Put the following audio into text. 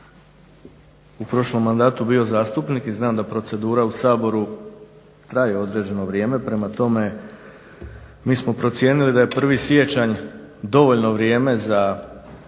u prošlom mandatu bio zastupnik i znam da procedura u Saboru traje određeno vrijeme prema tome, mi smo procijenili da je 1. siječanj dovoljno vrijeme za